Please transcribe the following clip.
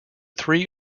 three